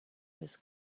was